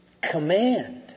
command